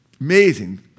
amazing